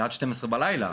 זה עד 12:00 בלילה.